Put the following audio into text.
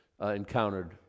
encountered